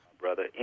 brother